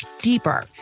deeper